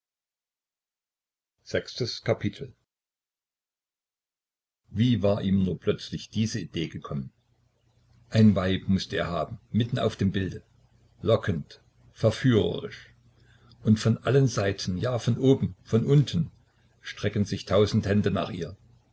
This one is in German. wie war ihm nur plötzlich diese idee gekommen ein weib mußte er haben mitten auf dem bilde lockend verführerisch und von allen seiten ja von oben von unten strecken sich tausend hände nach ihr